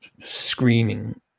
Screaming